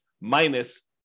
minus